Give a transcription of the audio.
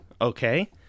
Okay